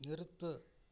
நிறுத்து